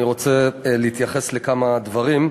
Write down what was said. אני רוצה להתייחס לכמה דברים.